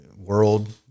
world